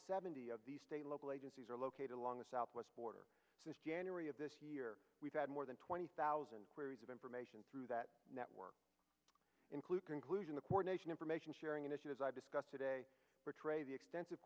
seventy of the state local agencies are located along the southwest border since january of this year we've had more than twenty thousand queries of information through that network include conclusion the coordination information sharing and issue as i discussed today betray the extensive